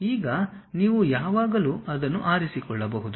ಈಗ ನೀವು ಯಾವಾಗಲೂ ಅದನ್ನು ಆರಿಸಿಕೊಳ್ಳಬಹುದು